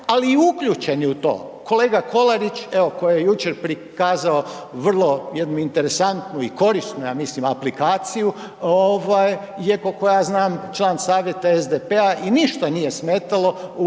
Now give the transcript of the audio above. ali i uključeni u to. Kolega Kolarić, evo koji je jučer prikazao vrlo jednu interesantnu i korisnu ja mislim aplikaciju, ovaj je kolko ja znam je član savjeta SDP-a i ništa nije smetalo u